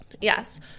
Yes